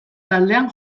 taldean